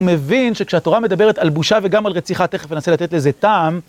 הוא מבין שכשהתורה מדברת על בושה וגם על רציחה, תכף אנסה לתת לזה טעם.